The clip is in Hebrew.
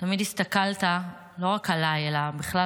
אתה תמיד הסתכלת לא רק עליי אלא בכלל